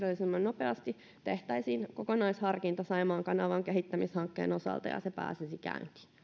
nopeasti tehtäisiin kokonaisharkinta saimaan kanavan kehittämishankkeen osalta ja se pääsisi